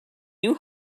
new